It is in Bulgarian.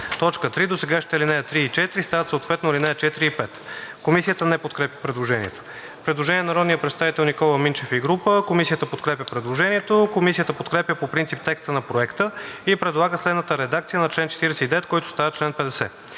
група.“ 3. Досегашните ал. 3 и 4 стават съответно ал. 4 и 5.“ Комисията не подкрепя предложението. Предложение на народния представител Никола Минчев и група. Комисията подкрепя предложението. Комисията подкрепя по принцип текста на Проекта и предлага следната редакция на чл. 49, който става чл. 50: